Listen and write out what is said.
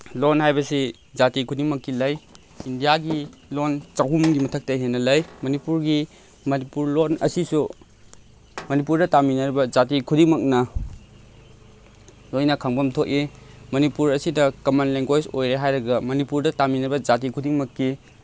ꯂꯣꯟ ꯍꯥꯏꯕꯁꯤ ꯖꯥꯇꯤ ꯈꯨꯗꯤꯡꯃꯛꯀꯤ ꯂꯩ ꯏꯟꯗꯤꯌꯥꯒꯤ ꯂꯣꯟ ꯆꯍꯨꯝꯒꯤ ꯃꯊꯛꯇꯩ ꯍꯦꯟꯅ ꯂꯩ ꯃꯅꯤꯄꯨꯔꯒꯤ ꯃꯅꯤꯄꯨꯔ ꯂꯣꯟ ꯑꯁꯤꯁꯨ ꯃꯅꯤꯄꯨꯔꯗ ꯇꯥꯃꯤꯟꯅꯔꯤꯕ ꯖꯥꯇꯤ ꯈꯨꯗꯤꯡꯃꯛꯅ ꯂꯣꯏꯅ ꯈꯪꯐꯝ ꯊꯣꯛꯏ ꯃꯅꯤꯄꯨꯔ ꯑꯁꯤꯗ ꯀꯃꯟ ꯂꯦꯡꯒ꯭ꯋꯦꯁ ꯑꯣꯏꯔꯦ ꯍꯥꯏꯔꯒ ꯃꯅꯤꯄꯨꯔꯗ ꯇꯥꯃꯤꯟꯅꯕ ꯖꯥꯇꯤ ꯈꯨꯗꯤꯡꯃꯛꯀꯤ